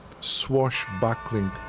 swashbuckling